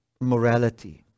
Morality